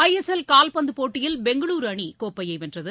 ஐ S L கால்பந்துப் போட்டியில் பெங்களுரு அணி கோப்பையை வென்றது